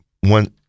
one